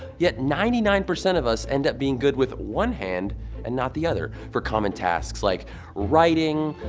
yet ninety nine percent of us end up being good with one hand and not the other, for common tasks like writing,